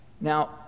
Now